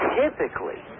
typically